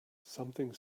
something